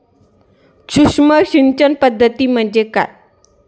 सूक्ष्म सिंचन पद्धती म्हणजे काय?